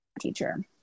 teacher